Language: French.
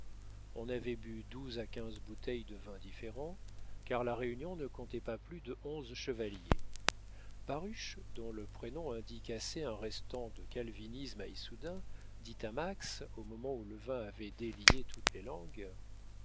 on avait bu douze à quinze bouteilles de vins différents car la réunion ne comptait pas plus de onze chevaliers baruch dont le prénom indique assez un restant de calvinisme à issoudun dit à max au moment où le vin avait délié toutes les langues